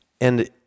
And-